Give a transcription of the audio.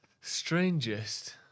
Strangest